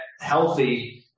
healthy